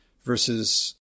versus